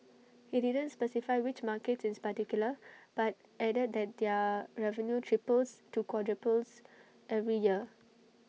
he didn't specify which markets ins particular but added that their revenue triples to quadruples every year